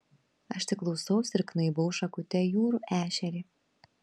aš tik klausausi ir knaibau šakute jūrų ešerį